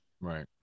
Right